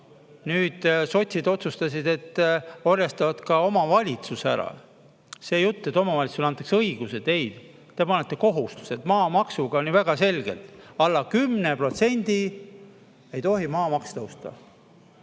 Nüüd sotsid otsustasid, et orjastavad ka omavalitsuse ära. See jutt, et omavalitsustele antakse õigusi – ei, te panete neile kohustused. Maamaksuga on ju väga selge: alla 10% ei tohi maamaks tõusta.